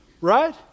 right